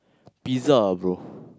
pizza ah bro